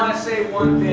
say one